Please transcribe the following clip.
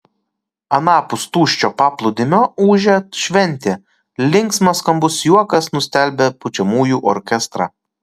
anapus tuščio paplūdimio ūžė šventė linksmas skambus juokas nustelbė pučiamųjų orkestrą